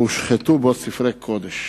והושחתו בו ספרי קודש.